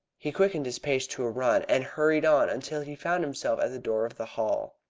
he quickened his pace to a run, and hurried on until he found himself at the door of the hall.